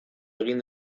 egin